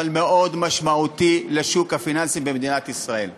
אבל משמעותי מאוד לשוק הפיננסי במדינת ישראל.